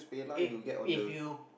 eh if you